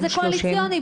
זה קואליציוני.